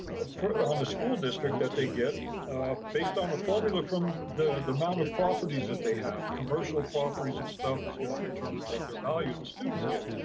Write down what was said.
and um the school district that they, get based on a formula from the the amount of properties that they have. commercial properties and stuff is gonna determine what their value the students get.